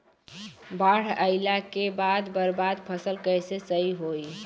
बाढ़ आइला के बाद बर्बाद फसल कैसे सही होयी?